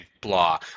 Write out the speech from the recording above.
blah